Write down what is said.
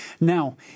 Now